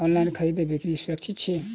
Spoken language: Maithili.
ऑनलाइन खरीदै बिक्री सुरक्षित छी